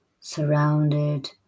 surrounded